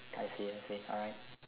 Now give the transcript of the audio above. I see I see alright